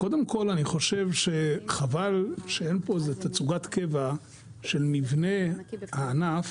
אני חושב שחבל שאין פה תצוגת קבע של מבנה הענף,